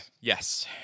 yes